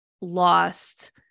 lost